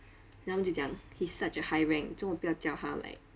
then 他们就讲 he's such a high rank 做么不要叫他 like